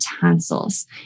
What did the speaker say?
tonsils